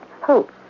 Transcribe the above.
hope